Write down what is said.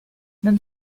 non